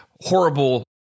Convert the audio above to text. horrible